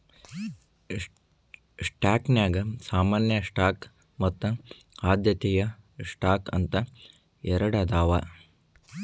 ಸ್ಟಾಕ್ನ್ಯಾಗ ಸಾಮಾನ್ಯ ಸ್ಟಾಕ್ ಮತ್ತ ಆದ್ಯತೆಯ ಸ್ಟಾಕ್ ಅಂತ ಎರಡದಾವ